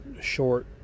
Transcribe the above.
short